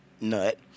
nut